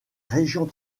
régions